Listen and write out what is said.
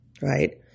right